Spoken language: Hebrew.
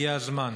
הגיע הזמן.